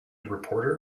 reporter